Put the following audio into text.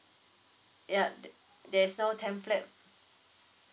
ya ther~ there's no template